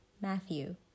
Matthew